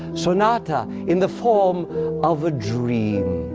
sonata in the form of a dream.